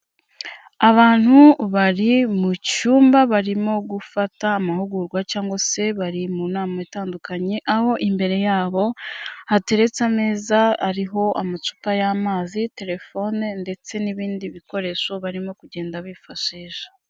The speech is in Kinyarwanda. Abantu bari mu cyumba, barimo gufata amahugurwa cyangwa se bari mu nama itandukanye, aho imbere yabo hateretse ameza ariho amacupa y'amazi, telefone ndetse n'ibindi bikoresho barimo kugenda bifashisha.